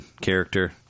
character